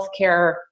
healthcare